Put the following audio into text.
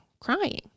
crying